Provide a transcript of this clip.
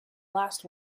last